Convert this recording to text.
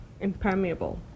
impermeable